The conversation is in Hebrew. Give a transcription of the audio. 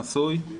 נשוי,